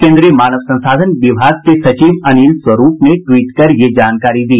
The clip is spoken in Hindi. केन्द्रीय मानव संसाधन विभाग के सचिव अनिल स्वरूप ने टवीट कर ये जानकारी दी